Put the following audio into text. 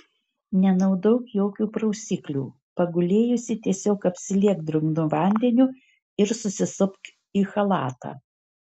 nenaudok jokių prausiklių pagulėjusi tiesiog apsiliek drungnu vandeniu ir susisupk į chalatą